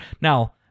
Now